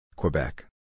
Quebec